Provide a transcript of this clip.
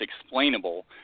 explainable